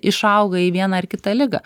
išauga į vieną ar kitą ligą